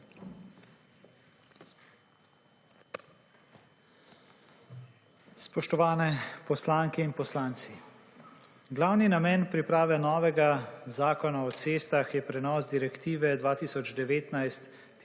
Spoštovane poslanke in poslanci! Glavni namen priprave novega Zakona o cestah je prenos direktive